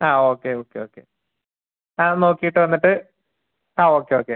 ആ okay okay okay ഞാൻ അതൊന്ന് നോക്കിയിട്ട് വന്നിട്ട് ആ ഓക്കെ ഓക്കെ